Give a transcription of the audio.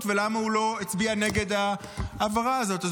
ולמה הוא לא הצביע נגד ההעברה הזאת.